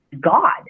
God